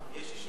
יש אישור?